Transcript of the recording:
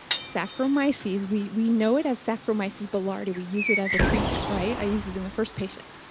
saccharomyces. we we know it as saccharomyces boulardii. we use it as a treatment, right? i use it in the first patient.